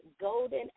golden